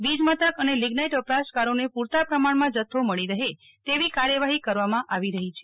વીજ મથક અને લિગ્નાઈટ વપરાશકારોને પુરતા પ્રમાણમાં જથ્થો મળી રહે તેવી કાર્યવાફી કરવામાં આવી રહી છે